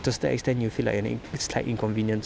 to a certain extent you feel like you're doing slight inconvenience